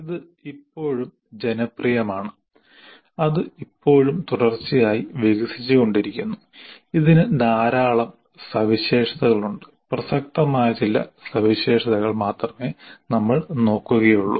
ഇത് ഇപ്പോഴും ജനപ്രിയമാണ് അത് ഇപ്പോഴും തുടർച്ചയായി വികസിച്ചുകൊണ്ടിരിക്കുന്നു ഇതിന് ധാരാളം സവിശേഷതകൾ ഉണ്ട് പ്രസക്തമായ ചില സവിശേഷതകൾ മാത്രമേ നമ്മൾ നോക്കുകയുള്ളൂ